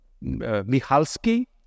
Michalski